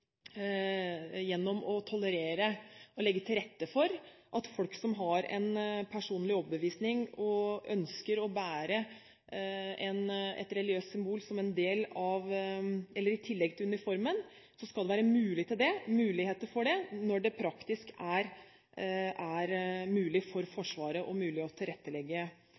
gjennom å tolerere og legge til rette for at folk som har en personlig overbevisning og ønsker å bære et religiøst symbol i tillegg til uniformen, skal få mulighet til det, når det er praktisk mulig å tilrettelegge for aktiv tjeneste i Forsvaret. Jeg har lyst til å